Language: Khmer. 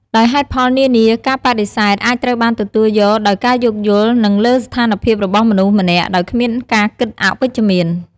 ដោយហេតុផលនានា ការបដិសេធក៏អាចត្រូវបានទទួលយកដោយការយោគយល់ និងលើស្ថានភាពរបស់មនុស្សម្នាក់ ដោយគ្មានការគិតអវិជ្ជមាន។